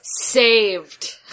saved